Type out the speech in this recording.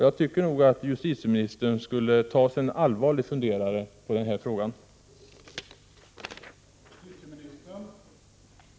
Jag tycker att justitieministern skall ta sig en allvarlig funderare på den här frågan. hindra att barn utnyttjas för pornografiska alster